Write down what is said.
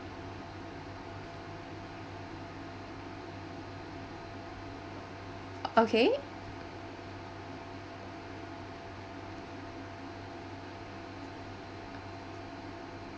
okay